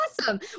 awesome